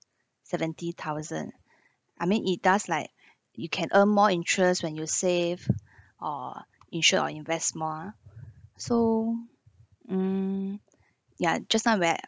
seventy thousand I mean it does like you can earn more interest when you save or insure or invest more so mm ya just now where